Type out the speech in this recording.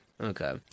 Okay